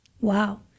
Wow